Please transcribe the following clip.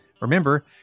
remember